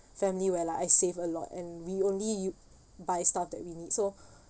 family where like I save a lot and we only buy stuff that we need so